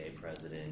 president